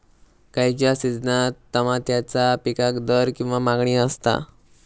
खयच्या सिजनात तमात्याच्या पीकाक दर किंवा मागणी आसता?